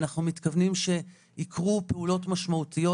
אנחנו מתכוונים שיקרו פעולות משמעותיות.